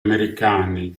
americani